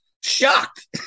shocked